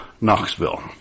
Knoxville